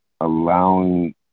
allowing